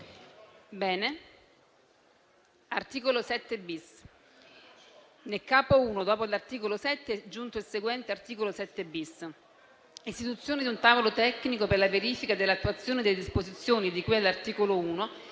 «*Nel capo I, dopo l'articolo 7 è aggiunto il seguente: «Art. 7-bis. - (Istituzione di un tavolo tecnico per la verifica dell'attuazione delle disposizioni di cui all'articolo 1,